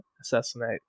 assassinate